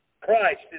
Christ